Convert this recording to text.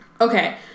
okay